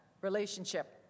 relationship